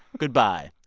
goodbye.